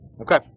Okay